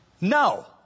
no